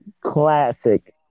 classic